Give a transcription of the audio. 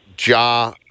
Ja